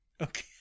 Okay